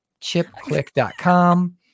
ChipClick.com